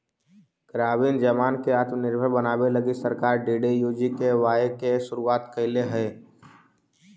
ग्रामीण जवान के आत्मनिर्भर बनावे लगी सरकार डी.डी.यू.जी.के.वाए के शुरुआत कैले हई